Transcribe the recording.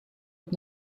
het